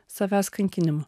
savęs kankinimu